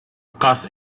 cast